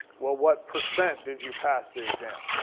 well, what percent did you pass the exam?